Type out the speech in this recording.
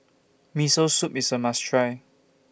Miso Soup IS A must Try